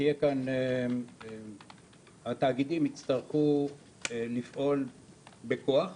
התאגידים יצטרכו לפעול בכוח,